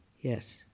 Yes